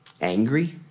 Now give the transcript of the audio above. angry